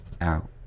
Out